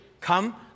come